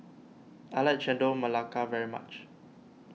I like Chendol Melaka very much